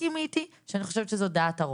תסכימי איתי שאני חושבת שזו דעת הרוב,